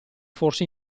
forse